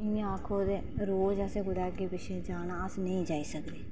इयां आक्खो ते रोज असें कैते अग्गै पिच्छै जाना अस नेईं जाई सकदे